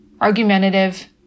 argumentative